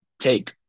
take